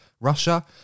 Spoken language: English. Russia